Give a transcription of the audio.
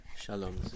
Shalom